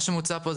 מה שמוצע פה,